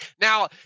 Now